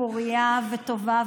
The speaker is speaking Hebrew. פורייה וטובה,